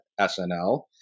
SNL